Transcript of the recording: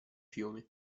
fiumi